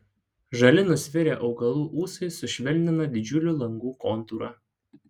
žali nusvirę augalų ūsai sušvelnina didžiulių langų kontūrą